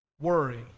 worry